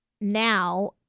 now